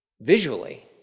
visually